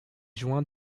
joints